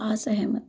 असहमत